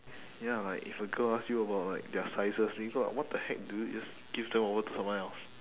ya like if a girl ask you about like their sizes leave her what the heck dude just give them over to someone else